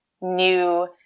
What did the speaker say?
new